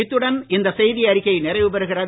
இத்துடன் இந்த செய்தி அறிக்கை நிறைவு பெறுகிறது